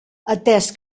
atés